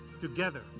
Together